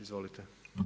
Izvolite.